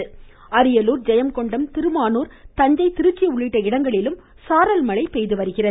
மழை தொடர்ச்சி அரியலூர் ஜெயங்கொண்டம் திருமானூர் தஞ்சை திருச்சி உள்ளிட்ட இடங்களில் சாரல் மழை பெய்து வருகிறது